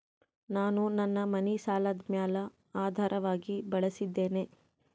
ನಾನು ನನ್ನ ಮನಿ ಸಾಲದ ಮ್ಯಾಲ ಆಧಾರವಾಗಿ ಬಳಸಿದ್ದೇನೆ